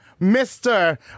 Mr